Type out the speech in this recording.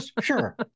sure